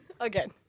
Again